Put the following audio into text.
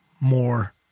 more